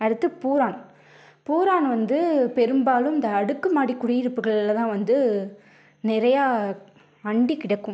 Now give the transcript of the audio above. அடுத்து பூரான் பூரான் வந்து பெரும்பாலும் இந்த அடுக்குமாடி குடியிருப்புகளில் தான் வந்து நிறையா அண்டிக் கிடக்கும்